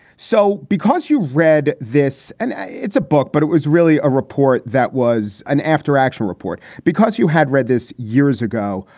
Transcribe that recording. so because you read this and it's a book, but it was really a report that was an after action report because you had read this years ago.